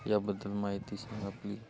याबद्दल माहिती सांगा आपली